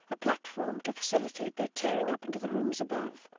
a platform to facilitate their tearing up into the rooms above.